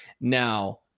Now